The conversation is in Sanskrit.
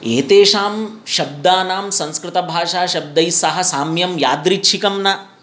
एतेषां शब्दानां संस्कृतभाषा शब्दैस्सह साम्यं यादृच्छिकं न